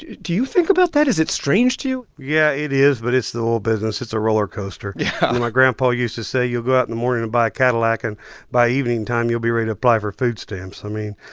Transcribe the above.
do you think about that? is it strange to you? yeah, it is, but it's the oil business. it's a roller coaster yeah i mean, ah my grandpa used to say, you'll go out in the morning and buy a cadillac, and by evening time, you'll be ready to apply for food stamps. i mean,